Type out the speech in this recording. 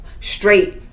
straight